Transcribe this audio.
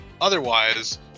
Otherwise